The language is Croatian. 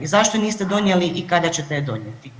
Zašto niste donijeli i kada ćete je donijeti?